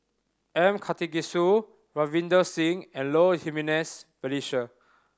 M Karthigesu Ravinder Singh and Low Jimenez Felicia